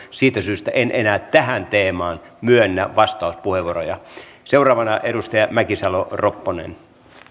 siitä syystä en enää tähän teemaan myönnä vastauspuheenvuoroja seuraavana edustaja mäkisalo ropponen